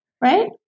Right